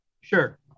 Sure